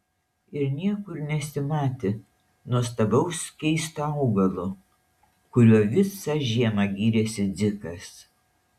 ir niekur nesimatė nuostabaus keisto augalo kuriuo visą žiemą gyrėsi dzikas